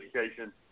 education